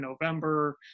November